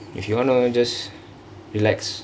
if you wanna just relax